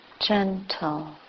gentle